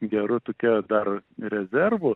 geru tokia dar rezervu